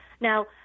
Now